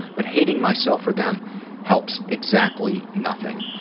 but hating myself for them helps exactly nothing.